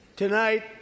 Tonight